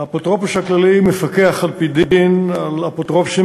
האפוטרופוס הכללי מפקח על-פי-דין על אפוטרופוסים